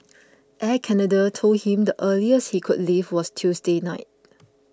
Air Canada told him the earliest he could leave was Tuesday night